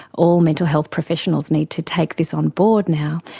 all mental health professionals need to take this on board now,